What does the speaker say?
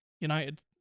United